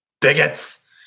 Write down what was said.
bigots